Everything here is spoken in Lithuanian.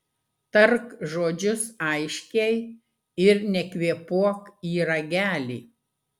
tark žodžius aiškiai ir nekvėpuok į ragelį